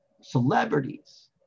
celebrities